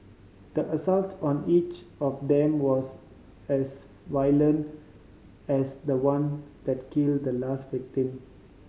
the assault on each of them was as violent as the one that killed the last victim